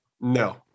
No